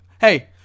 hey